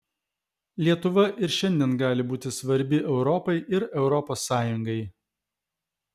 lietuva ir šiandien gali būti svarbi europai ir europos sąjungai